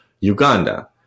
Uganda